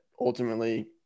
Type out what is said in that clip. ultimately